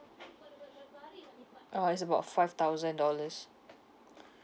oh it's about five thousand dollars